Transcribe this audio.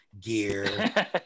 gear